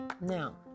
Now